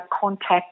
contact